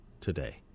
today